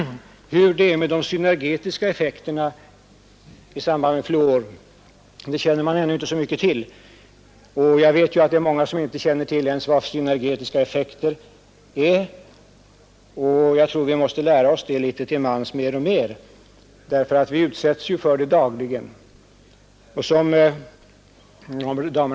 Hur det är med de synergetiska effekterna i samband med fluortillförsel känner man ännu inte så mycket till. Många människor känner inte ens till vad synergetiska effekter är. Jag tror att vi litet till mans måste lära oss mer och mer om dessa effekter ty vi utsätts dagligen för dem.